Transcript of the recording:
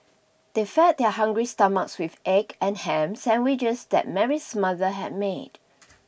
they fed their hungry stomachs with egg and ham sandwiches that Mary's mother had made